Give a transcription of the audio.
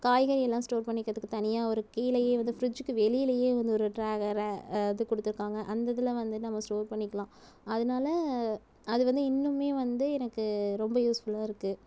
காய்கறியெல்லாம் ஸ்டோர் பண்ணிக்கிறதுக்கு தனியாக ஒரு கீழேயே வந்து ஃபிரிட்ஜ்க்கு வெளியிலேயே வந்து ஒரு இது கொடுத்துருக்காங்க அந்த இதில் வந்து நம்ம ஸ்டோர் பண்ணிக்கலாம் அதனால அது வந்து இன்னமுமே வந்து எனக்கு ரொம்ப யூஸ்ஃபுல்லாக இருக்குது